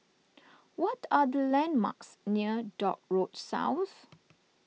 what are the landmarks near Dock Road South